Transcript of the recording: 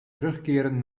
terugkeren